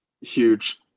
Huge